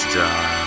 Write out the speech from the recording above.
die